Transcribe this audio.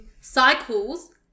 Cycles